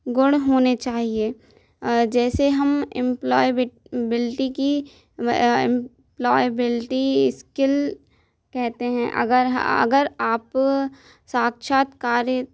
गुण होने चाहिए जैसे हम इम्प्लॉयबिट बिल्टी की इम्प्लॉयबिल्टी इस्किल कहते हैं अगर हा अगर आप साक्षात्कार हैं